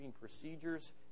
procedures